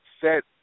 set